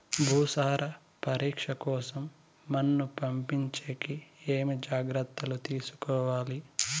భూసార పరీక్ష కోసం మన్ను పంపించేకి ఏమి జాగ్రత్తలు తీసుకోవాలి?